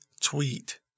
tweet